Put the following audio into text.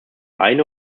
eine